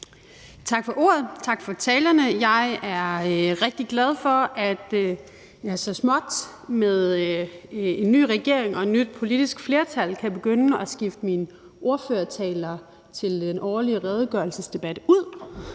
Tak for ordet, og tak for talerne. Jeg er rigtig glad for, at jeg så småt med en ny regering og et nyt politisk flertal kan begynde at skifte mine ordførertaler til den årlige redegørelsesdebat ud.